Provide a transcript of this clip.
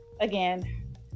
again